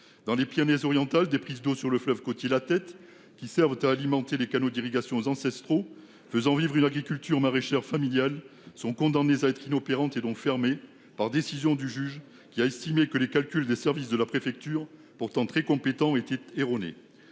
dans les Pyrénées-Orientales, des prises d'eau sur le fleuve côtier la tête qui servent alimenter les canaux d'irrigation aux ancestraux faisant revivre une agriculture maraîchère familiale sont condamnés à être inopérante et donc fermée par décision du juge qui a estimé que les calculs des services de la préfecture pourtant très compétent est erronée.